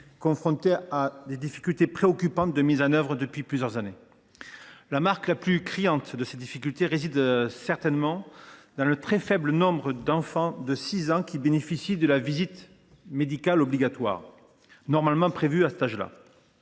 confrontée à des difficultés préoccupantes de mise en œuvre depuis plusieurs années. La marque la plus criante de ces difficultés réside sans aucun doute dans le très faible nombre d’enfants de 6 ans qui bénéficient de la visite médicale obligatoire normalement prévue à cet âge.